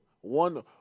One